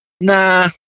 nah